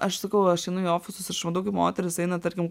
aš sakau aš einu į ofisus aš matau kaip moterys eina tarkim